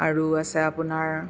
আৰু আছে আপোনাৰ